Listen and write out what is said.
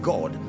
God